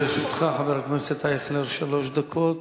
לרשותך, חבר הכנסת אייכלר, שלוש דקות.